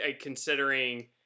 considering